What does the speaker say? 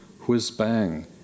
whiz-bang